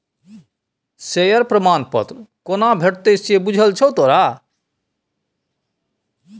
Share प्रमाण पत्र कोना भेटितौ से बुझल छौ तोरा?